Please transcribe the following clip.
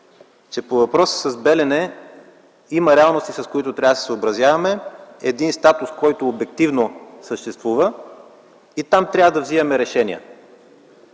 че по въпроса с „Белене” има реалности, с които трябваше да се съобразяваме, един статус, който обективно съществува, и там трябва да взимаме решения.